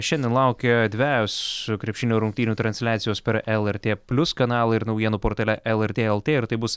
šiandien laukia dvejos krepšinio rungtynių transliacijos per lrt plius kanalą ir naujienų portale lrt lt ir tai bus